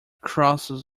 crosses